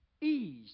ease